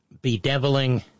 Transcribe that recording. bedeviling